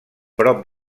prop